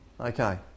Okay